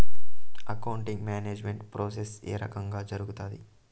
accounting management process ఏ రకంగా జరుగుతాది